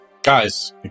Guys